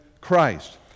Christ